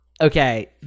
Okay